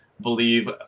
believe